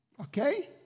Okay